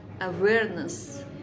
awareness